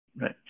right